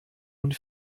und